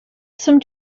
some